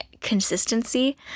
consistency